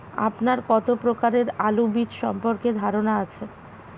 আপনার কত প্রকারের আলু বীজ সম্পর্কে ধারনা আছে?